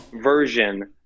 Version